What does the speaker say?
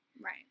Right